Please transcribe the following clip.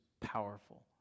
powerful